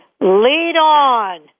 Lead-On